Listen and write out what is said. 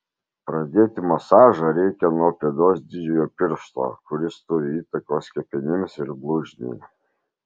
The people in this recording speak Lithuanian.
pradėti masažą reikia nuo pėdos didžiojo piršto kuris turi įtakos kepenims ir blužniai